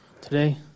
today